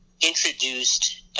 introduced